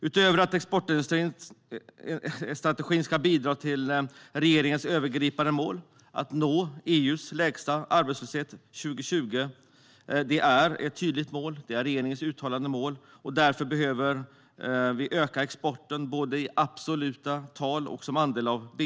Utöver att exportstrategin ska bidra till regeringens övergripande mål att ha EU:s lägsta arbetslöshet 2020 är regeringens uttalade mål att öka exporten, både i absoluta tal och som andel av bnp.